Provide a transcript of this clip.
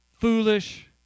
foolish